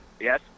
Yes